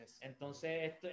entonces